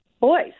boys